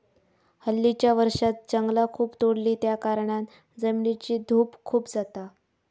हल्लीच्या वर्षांत जंगला खूप तोडली त्याकारणान जमिनीची धूप खूप जाता